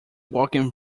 walking